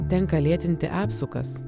tenka lėtinti apsukas